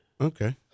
Okay